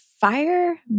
Fire